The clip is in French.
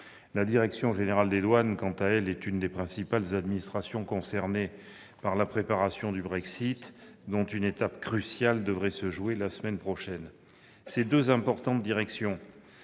La direction générale des douanes, quant à elle, est l'une des principales administrations concernées par la préparation du Brexit, dont une étape cruciale devrait se jouer la semaine prochaine. Ces deux importantes directions